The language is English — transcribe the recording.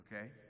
okay